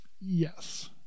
Yes